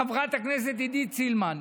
חברת הכנסת עידית סילמן,